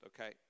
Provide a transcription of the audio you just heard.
okay